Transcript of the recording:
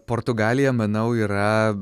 portugalija manau yra